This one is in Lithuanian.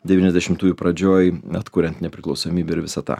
devyniasdešimtųjų pradžioj atkuriant nepriklausomybę ir visą tą